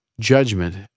judgment